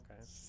okay